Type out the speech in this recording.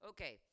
Okay